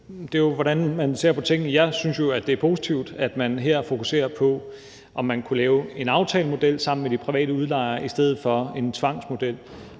til hvordan man ser på tingene. Jeg synes jo, at det er positivt, at man her fokuserer på, om man kunne lave en aftalemodel sammen med de private udlejere i stedet for en tvangsmodel.